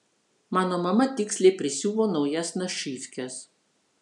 mano mama tiksliai prisiuvo naujas našyvkes